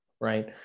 Right